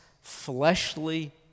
fleshly